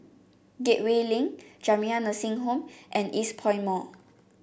Gateway Link Jamiyah Nursing Home and Eastpoint Mall